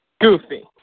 Goofy